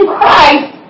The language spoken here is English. Christ